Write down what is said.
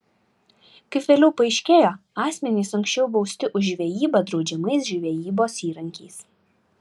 kaip vėliau paaiškėjo asmenys anksčiau bausti už žvejybą draudžiamais žvejybos įrankiais